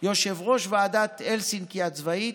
יושב-ראש ועדת הלסינקי הצבאית,